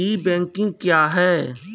ई banking क्या हैं?